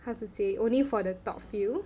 how to say only for the top field